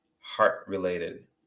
heart-related